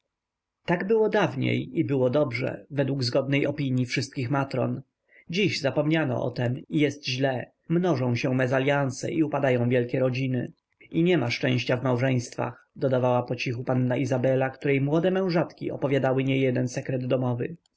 tak było dawniej i było dobrze według zgodnej opinii wszystkich matron dziś zapomniano o tem i jest źle mnożą się mezalianse i upadają wielkie rodziny i nie ma szczęścia w małżeństwach dodawała pocichu panna izabela której młode mężatki opowiedziały niejeden sekret domowy